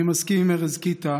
אני מסכים עם ארז קיטה,